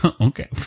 Okay